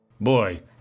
Boy